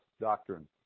doctrine